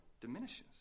diminishes